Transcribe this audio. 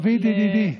דוד, ידידי.